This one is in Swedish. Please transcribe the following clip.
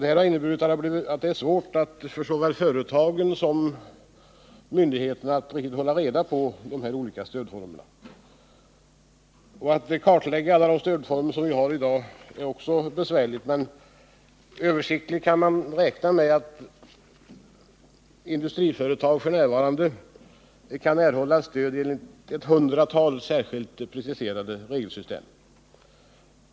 Detta har inneburit att det är svårt för såväl företagen som myndigheterna att hålla reda på alla dessa olika stödformer. Att kartlägga alla de stödformer som vi har i dag är också besvärligt. Översiktligt kan man räkna med att industriföretag f.n. kan erhålla stöd enligt ett hundratal preciserade regelsystem.